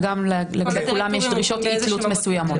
וגם לגבי כולם יש דרישות אי תלות מסוימות.